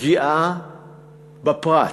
פגיעה בפרט,